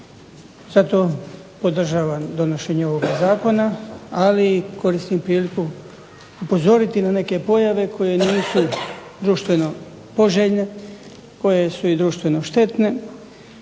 Zato podržavam donošenje ovog zakona, ali koristim priliku upozoriti na neke pojave koje nisu društveno poželjne koje su i društveno štetne